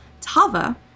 Tava